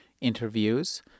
interviews